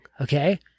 Okay